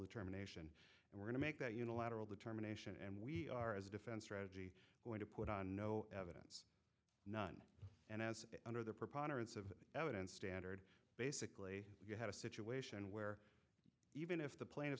determination and we're going to make that unilateral determination and we are as a defense strategy going to put on no evidence none and as under the preponderance of evidence standard basically you have a situation where even if the pla